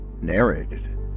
Narrated